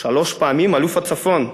שלוש פעמים אלוף הצפון.